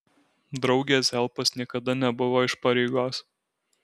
draugės helpas niekada nebuvo iš pareigos